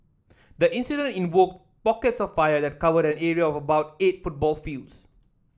the incident involved pockets of fire that covered an area of about eight football fields